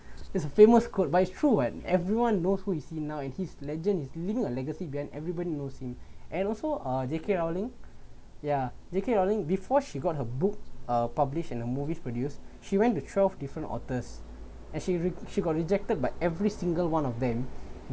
there's a famous quote by is true [what] everyone knows who is he now and he's legend is leaving a legacy behind everybody knows him and also uh J_K rowling ya J_K rowling before she got her book uh published in the movies produced she went to twelve different authors as she she got rejected by every single one of them